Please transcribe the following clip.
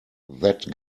that